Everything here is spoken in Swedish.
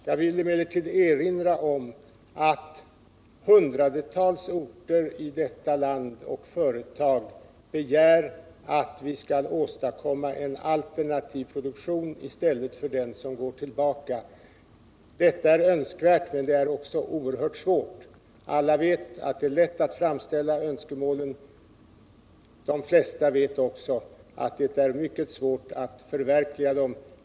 Jag vill emellertid erinra om att hundratals orter och företag i detta land begär att vi skall åstadkomma en alternativ produktion i stället för den som går tillbaka. Detta är önskvärt, men det är också oerhört svårt. Alla vet att det är lätt att framställa önskemålen — de flesta vet också att det är mycket svårt att förverkliga dem.